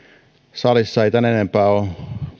salissa ei tämän enempää ole